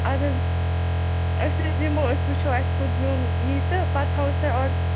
اَدٕ حظ أسۍ حظ یِمو أسۍ وٕچھو اَسہِ کُس زیُن یی تہٕ پَتہٕ تھاوَو اَسہِ تۄہہِ